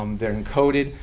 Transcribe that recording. um they're encoded.